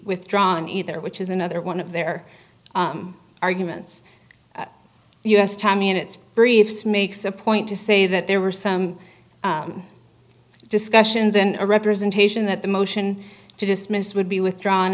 withdrawn either which is another one of their arguments u s time and it's briefs makes a point to say that there were some discussions and a representation that the motion to dismiss would be withdrawn